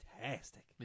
fantastic